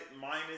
minus